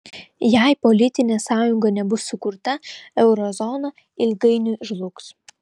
jei politinė sąjunga nebus sukurta euro zona ilgainiui žlugs